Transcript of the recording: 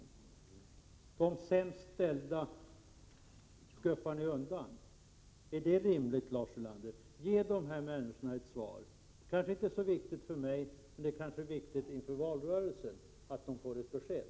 De sämst ställda skuffar ni undan. Är det rimligt? Ge de människorna ett svar. Svaret är inte så viktigt för mig, men inför valrörelsen kanske det är viktigt att de får ett besked.